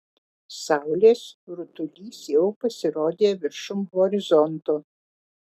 saulės rutulys jau pasirodė viršum horizonto